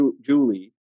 Julie